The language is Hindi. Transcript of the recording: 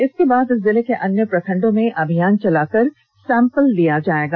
इसके बाद जिले के अन्य प्रखंडों में अभियान चलाकर सैंपल लिया जाएगा